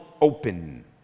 open